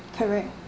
correct